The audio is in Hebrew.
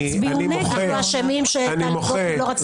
אנחנו אשמים שטלי גוטליב לא רצת להסיר את המועמדות?